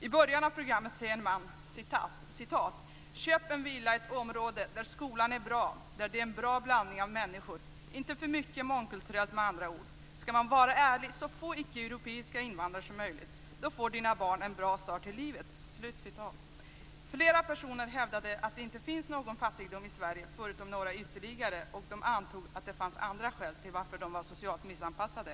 I början av programmet säger en man: "Köp en villa i ett område där skolan är bra, där det är en bra blandning av människor inte för mycket mångkulturellt med andra ord - skall man vara ärlig - så få ickeeuropeiska invandrare som möjligt. Då får dina barn en bra start i livet." Flera personer hävdade att det inte finns någon fattigdom i Sverige bortsett från några uteliggare men det antogs att det fanns andra skäl till att de här människorna var socialt missanpassade.